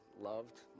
loved